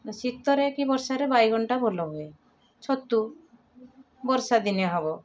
ଶୀତରେ କି ବର୍ଷାରେ ବାଇଗଣଟା ଭଲ ହୁଏ ଛତୁ ବର୍ଷାଦିନିଆ ହେବ